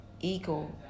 ego